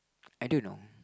I don't know